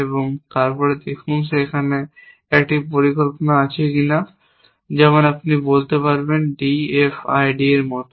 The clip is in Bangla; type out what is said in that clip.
এবং তারপরে দেখুন সেখানে একটি পরিকল্পনা আছে কিনা যেমন আপনি বলতে পারেন D F I D এর মতো